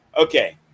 okay